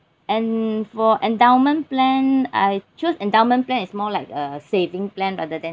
and for endowment plan I choose endowment plan is more like a saving plan rather than